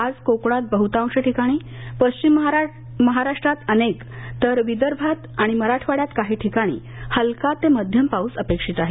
आज कोकणात बहुतांश पश्चिम महाराष्ट्रात अनेक तर विदर्भन मराठवाड्यात काही ठिकाणी हलका ते मध्यम पाऊस अपेक्षित आहे